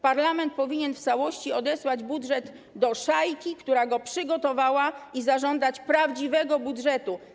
Parlament powinien w całości odesłać budżet do szajki, która go przygotowała, i zażądać prawdziwego budżetu.